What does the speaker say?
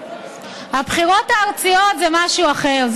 הבחירות הארציות זה משהו אחר.